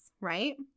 right